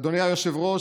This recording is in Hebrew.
אדוני היושב-ראש,